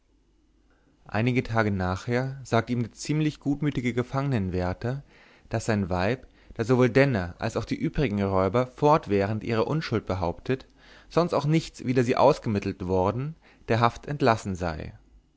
einige tage nachher sagte ihm der ziemlich gutmütige gefangenwärter daß sein weib da sowohl denner als die übrigen räuber fortwährend ihre unschuld behauptet sonst auch nichts wider sie ausgemittelt worden der haft entlassen sei